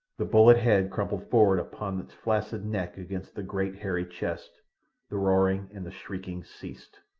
the bullet-head crumpled forward upon its flaccid neck against the great hairy chest the roaring and the shrieking ceased.